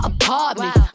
apartment